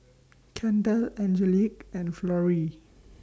Kendell Angelique and Florie